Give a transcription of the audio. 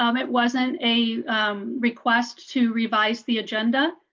um it wasn't a request to revise the agenda.